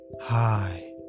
Hi